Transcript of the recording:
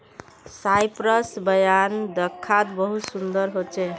Cyprus wine दाख्वात बहुत सुन्दर होचे